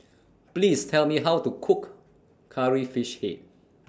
Please Tell Me How to Cook Curry Fish Head